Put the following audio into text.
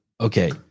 Okay